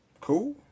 Cool